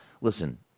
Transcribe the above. Listen